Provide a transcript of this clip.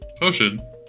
potion